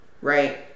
right